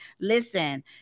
listen